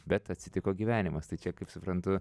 bet atsitiko gyvenimas tai čia kaip suprantu